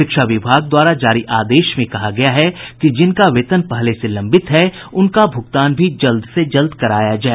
शिक्षा विभाग द्वारा जारी आदेश में कहा गया है कि जिनका वेतन पहले से लंबित है उनका भुगतान भी जल्द से जल्द कराया जाय